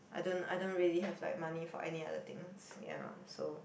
I don't I don't really have like money for any other things ya so